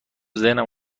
ذهنم